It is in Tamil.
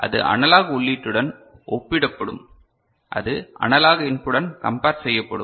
எனவே அது அனலாக் உள்ளீட்டுடன் ஒப்பிடப்படும் அது அனலாக் இன்புட்டுடன் கம்பர் செய்யப்படும்